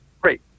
Great